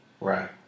Right